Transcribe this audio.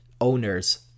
owners